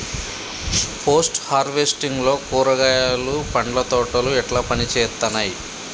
Post harvesting లో కూరగాయలు పండ్ల తోటలు ఎట్లా పనిచేత్తనయ్?